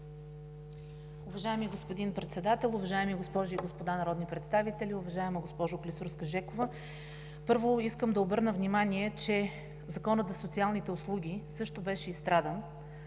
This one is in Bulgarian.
Уважаеми господин Председател, уважаеми госпожи и господа народни представители! Уважаема госпожо Клисурска, първо, искам да обърна внимание, че Законът за социалните услуги също беше изстрадан,